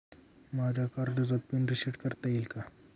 माझ्या कार्डचा PIN reset करता येईल का?